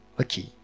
okay